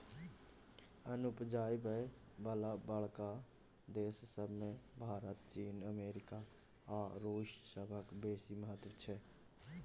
अन्न उपजाबय बला बड़का देस सब मे भारत, चीन, अमेरिका आ रूस सभक बेसी महत्व छै